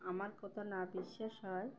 আমার কথা না বিশ্বাস হয়